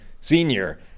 senior